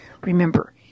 Remember